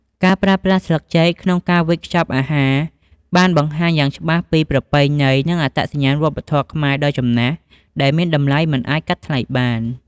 ការប្រើប្រាស់ស្លឹកចេកក្នុងការវេចខ្ចប់អាហារ បានបង្ហាញយ៉ាងច្បាស់ពី ប្រពៃណី និងអត្តសញ្ញាណវប្បធម៌ខ្មែរដ៏ចំណាស់ ដែលមានតម្លៃមិនអាចកាត់ថ្លៃបាន។